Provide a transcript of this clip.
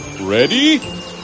Ready